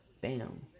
Bam